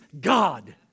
God